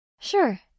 Sure